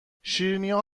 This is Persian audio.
شیرینیا